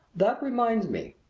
that reminds me,